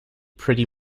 pretty